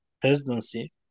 presidency